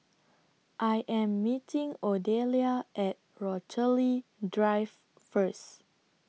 I Am meeting Odelia At Rochalie Drive First